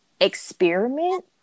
experiment